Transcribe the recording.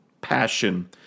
passion